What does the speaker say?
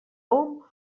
hom